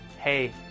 hey